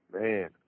man